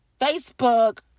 Facebook